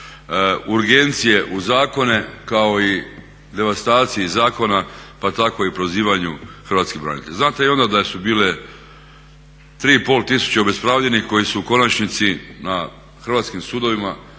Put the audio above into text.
urgencije u zakone kao i devastacije zakona pa tako i prozivanju hrvatskih branitelja. Znate i onda da su bile 3500 obespravljenih koji su u konačnici na hrvatskim sudovima